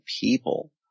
people